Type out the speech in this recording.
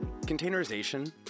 Containerization